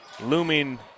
looming